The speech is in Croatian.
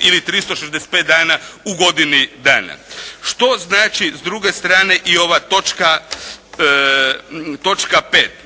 ili 365 dana u godini dana. Što znači s druge strane i ova točka 5.?